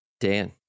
Dan